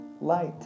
light